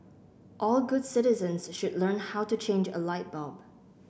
all good citizens should learn how to change a light bulb